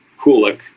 Kulik